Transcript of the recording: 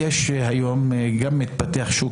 והיום גם ביישובים הערביים מתפתח שוק